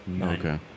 Okay